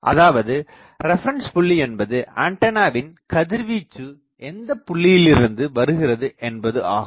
அதாவது ரெபரன்ஸ் புள்ளி என்பது ஆண்டனாவின் கதிர்வீச்சு எந்தப்புள்ளியிலிருந்து வருகிறது என்பது ஆகும்